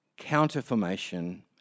counterformation